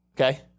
okay